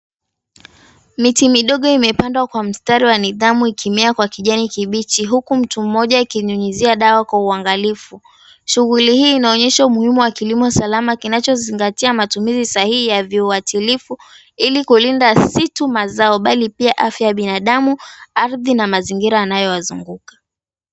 Miti midogo imemependwa kwa mstari wa nidhamu ikimea kwa kijani kibichi, huku mtu mmoja akinyunyizia dawa kwa uangalifu. Shughuli hii inaonyesha umuhimu wa kilimo salama kinachozingatia matumizi sahihi ya viuatilifu ili kulinda si tu mazao bali pia afya ya binadamu, ardhi na mazingira anayoyazunguka.